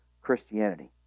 Christianity